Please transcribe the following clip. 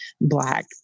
Black